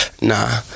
Nah